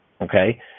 okay